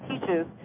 teaches